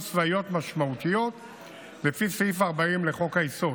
צבאיות משמעותיות לפי סעיף 40 לחוק-היסוד.